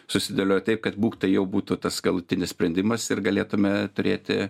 susidėlioję taip kad būk tai jau būtų tas galutinis sprendimas ir galėtume turėti